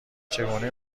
چگونه